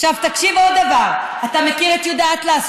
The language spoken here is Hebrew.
תקשיב עוד דבר: אתה מכיר את יהודה אטלס?